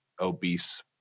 obese